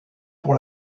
pour